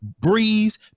breeze